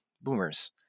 Boomers